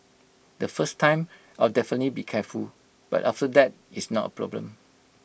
the first time I'll definitely be careful but after that it's not A problem